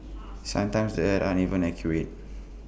sometimes the apps aren't even accurate